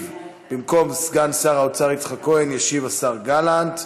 במקום סגן שר האוצר יצחק כהן ישיב השר גלנט.